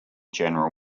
general